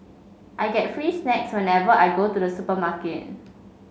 I get free snacks whenever I go to the supermarket